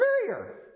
superior